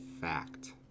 fact